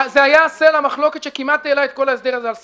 זה היה סלע המחלוקת שכמעט העלה את כל ההסדר הזה על שרטון.